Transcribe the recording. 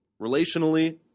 relationally